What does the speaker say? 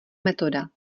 metoda